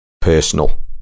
personal